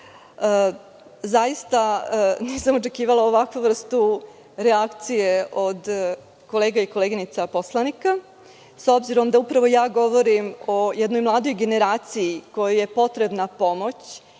nisam očekivala ovakvu vrstu reakcije od kolega i koleginica poslanika, s obzirom da ja upravo govorim o jednoj mladoj generaciji kojoj je potrebna pomoć